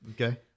Okay